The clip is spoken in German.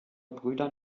brüder